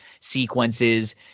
sequences